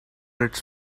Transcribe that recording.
its